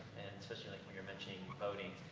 especially, like, when you're mentioning voting.